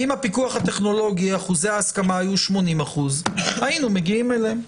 אם בפיקוח הטכנולוגי אחוזי ההסכמה היו 80% היינו מגיעים אליהם,